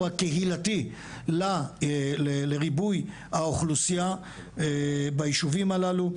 הקהילתי לריבוי האוכלוסייה בישובים הללו.